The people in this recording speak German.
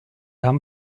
haben